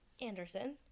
Anderson